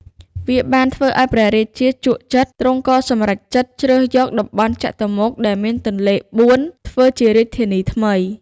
វាបានធ្វើឱ្យព្រះរាជាជក់ចិត្ត ទ្រង់ក៏សម្រេចចិត្តជ្រើសយក តំបន់ចតុមុខ ដែលមានទន្លេបួន ធ្វើជារាជធានីថ្មី ។